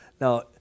Now